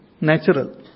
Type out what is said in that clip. Natural